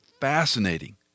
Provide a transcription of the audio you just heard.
fascinating